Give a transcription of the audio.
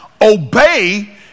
Obey